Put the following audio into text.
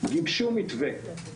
גיבשו מתווה,